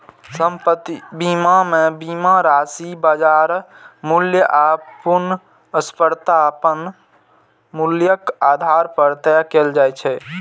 संपत्ति बीमा मे बीमा राशि बाजार मूल्य आ पुनर्स्थापन मूल्यक आधार पर तय कैल जाइ छै